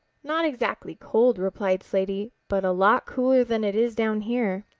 not exactly cold, replied slaty, but a lot cooler than it is down here.